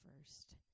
first